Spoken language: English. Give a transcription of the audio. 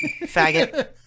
Faggot